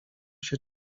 się